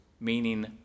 meaning